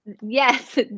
yes